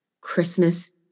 Christmas